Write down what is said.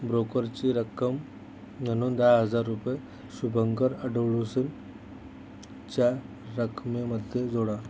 ब्रोकरची रक्कम म्हनून दा हजार रुपये शुभंकर अडुळूसू च्या रकमेमध्ये जोडा